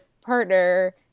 partner